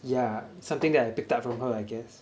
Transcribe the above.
yeah something that I picked up from her I guess